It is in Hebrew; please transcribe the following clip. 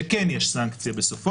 שכן יש סנקציה בסופו.